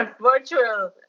Virtual